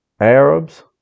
Arabs